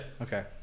Okay